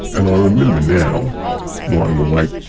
and i remember now lying